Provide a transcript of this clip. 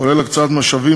כולל הקצאת משאבים,